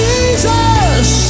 Jesus